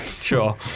Sure